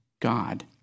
God